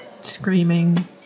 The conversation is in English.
screaming